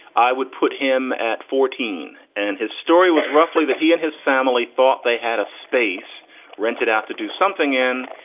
i would put him at fourteen and his story was roughly that he and his family thought they had a space rented out to do something in.